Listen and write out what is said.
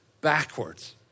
backwards